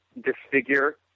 Disfigure